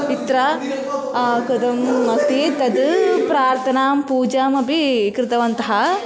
अत्र कथम् अस्ति तत् प्रार्थनां पूजामपि कृतवन्तः